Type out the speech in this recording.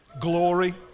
Glory